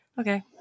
Okay